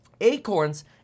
Acorns